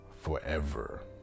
forever